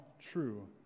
true